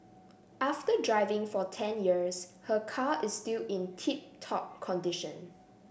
after driving for ten years her car is still in tip top condition